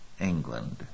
England